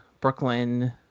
Brooklyn